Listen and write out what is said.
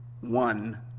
one